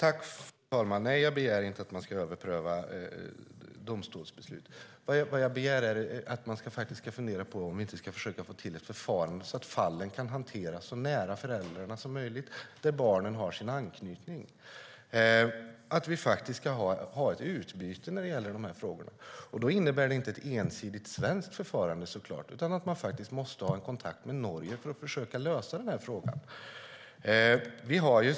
Fru talman! Jag begär inte att man ska överpröva domstolsbeslut utan att man ska fundera på om vi inte ska försöka få till ett förfarande så att fallen kan hanteras så nära föräldrarna som möjligt. Det är där barnen har sin anknytning. Jag vill att vi ska ha ett utbyte i dessa frågor. Det innebär såklart inte ett ensidigt svenskt förfarande utan att man måste ha kontakt med Norge för att försöka lösa denna fråga.